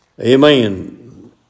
Amen